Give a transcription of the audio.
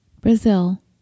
Brazil